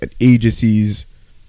agencies